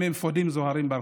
הם עם אפודים זוהרים ברחובות,